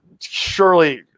surely